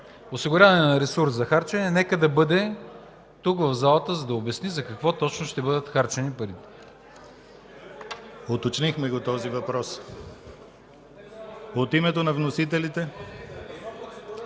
осигуряване на ресурс за харчене, нека да бъде тук, в залата, за да обясни за какво точно ще бъдат харчени пари.